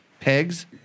pegs